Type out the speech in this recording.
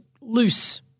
loose